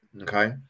okay